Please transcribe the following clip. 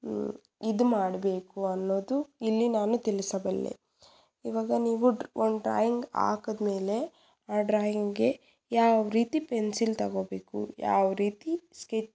ಇದು ಮಾಡಬೇಕು ಅನ್ನೋದು ಇಲ್ಲಿ ನಾನು ತಿಳಿಸಬಲ್ಲೆ ಇವಾಗ ನೀವು ಒಂದು ಡ್ರಾಯಿಂಗ್ ಹಾಕದ್ಮೇಲೆ ಆ ಡ್ರಾಯಿಂಗ್ಗೆ ಯಾವ ರೀತಿ ಪೆನ್ಸಿಲ್ ತೊಗೋಬೇಕು ಯಾವ ರೀತಿ ಸ್ಕೆಚ್